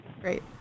Great